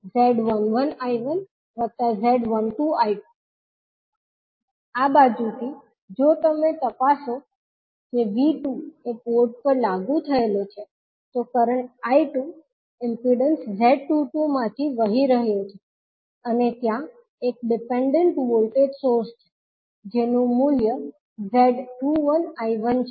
𝐕1 𝐳11𝐈1 𝐳12𝐈2 આ બાજુથી જો તમે તપાસો કે V2 એ પોર્ટ પર લાગુ થયેલો છે તો કરંટ I2 ઇમ્પિડન્સ Z22 માથી વહી રહ્યો છે અને ત્યાં એક ડિપેન્ડન્ટ વોલ્ટેજ સોર્સ છે જેનું મૂલ્ય Z21I1 છે